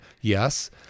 yes